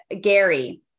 Gary